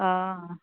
आं